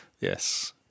Yes